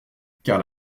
car